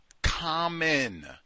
common